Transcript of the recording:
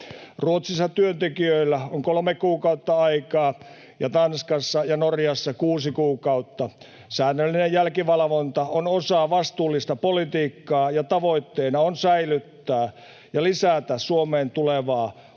Ruotsissa työntekijöillä on kolme kuukautta aikaa ja Tanskassa ja Norjassa kuusi kuukautta. Säännöllinen jälkivalvonta on osa vastuullista politiikkaa, ja tavoitteena on säilyttää ja lisätä Suomeen tulevaa